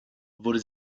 wurde